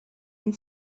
این